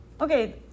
okay